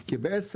כי בעצם,